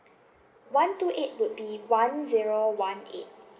one two eight would be one zero one eight